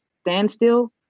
standstill